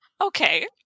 Okay